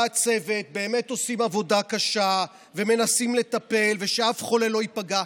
והצוות באמת עושים עבודה קשה ומנסים לטפל ושאף חולה לא ייפגע,